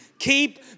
keep